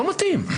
זה לא מתאים.